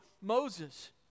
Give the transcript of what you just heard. Moses